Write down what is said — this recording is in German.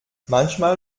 manchmal